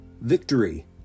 Victory